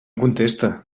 contesta